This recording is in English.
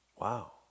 Wow